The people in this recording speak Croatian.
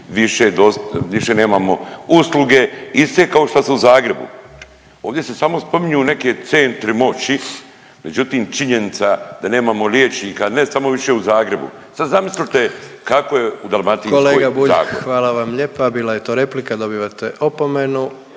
više nemamo usluge iste kao što su u Zagrebu. Ovdje se samo spominju neki centri moći, međutim činjenica da nemamo liječnika ne samo više u Zagrebu sad zamislite kako je u Dalmatinskoj zagori. **Jandroković, Gordan (HDZ)** Kolega Bulj hvala vam lijepa, bila je to replika dobivate opomenu.